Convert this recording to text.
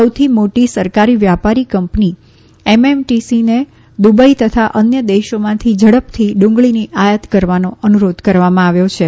સૌથી મોટી સરકારી વ્યાપારી કંપની એમએમટીસીને દુબઇ તથા અન્ય દેશોમાંથી ઝડપથી ડુંગળીની આયાત કરવાનો અનુરોધ કરવામાં આવ્યો છે